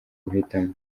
guhitamo